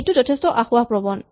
এইটো যথেষ্ট আসোঁৱাহ প্ৰৱণ